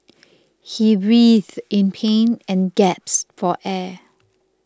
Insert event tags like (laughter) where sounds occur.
(noise) he writhed in pain and gasped for air